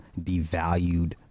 devalued